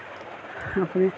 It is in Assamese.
আপুনি